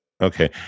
Okay